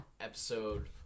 episode